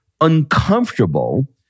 uncomfortable